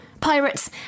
pirates